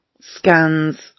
scans